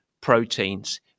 proteins